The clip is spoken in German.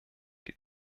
die